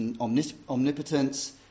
omnipotence